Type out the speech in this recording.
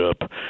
up